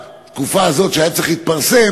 התקופה הזאת, שזה היה צריך להתפרסם,